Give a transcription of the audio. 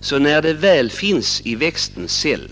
Det är, när dessa ämnen väl finns i växtens cell,